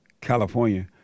California